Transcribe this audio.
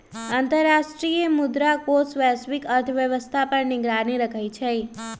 अंतर्राष्ट्रीय मुद्रा कोष वैश्विक अर्थव्यवस्था पर निगरानी रखइ छइ